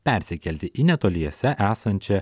persikelti į netoliese esančią